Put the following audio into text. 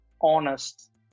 honest